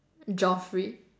Geoffrey